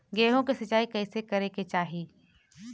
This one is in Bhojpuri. गेहूँ के सिंचाई कइसे करे के चाही?